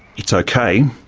it's ok,